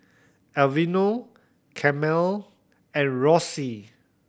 Aveeno Camel and Roxy